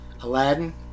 Aladdin